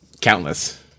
Countless